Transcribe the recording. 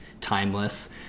timeless